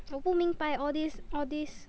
我不明白 all this all this